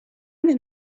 going